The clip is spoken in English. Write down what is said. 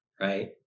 right